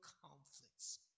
conflicts